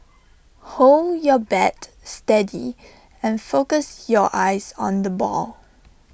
hold your bat steady and focus your eyes on the ball